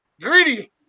Greedy